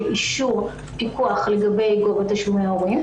אישור פיקוח לגבי גובה תשלומי ההורים.